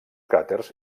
cràters